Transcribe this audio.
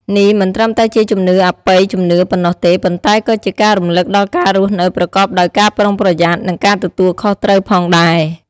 នេះមិនត្រឹមតែជាជំនឿអបិយជំនឿប៉ុណ្ណោះទេ ប៉ុន្តែក៏ជាការរំលឹកដល់ការរស់នៅប្រកបដោយការប្រុងប្រយ័ត្ន និងការទទួលខុសត្រូវផងដែរ ។